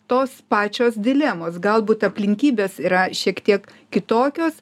tos pačios dilemos galbūt aplinkybės yra šiek tiek kitokios